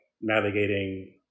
navigating